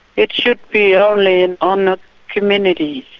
it should be only on the community.